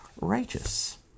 righteous